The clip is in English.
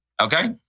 Okay